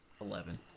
Eleven